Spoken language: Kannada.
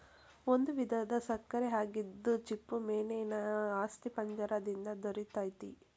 ಒಂದು ವಿಧದ ಸಕ್ಕರೆ ಆಗಿದ್ದು ಚಿಪ್ಪುಮೇನೇನ ಅಸ್ಥಿಪಂಜರ ದಿಂದ ದೊರಿತೆತಿ